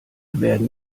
werden